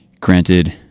Granted